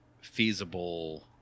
feasible